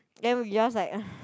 then we just like ugh